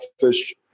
fish